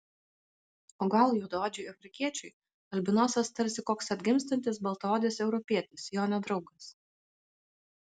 o gal juodaodžiui afrikiečiui albinosas tarsi koks atgimstantis baltaodis europietis jo nedraugas